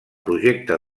projecte